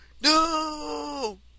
no